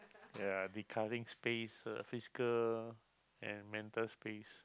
ya decluttering space uh physical and mental space